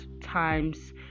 times